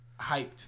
Hyped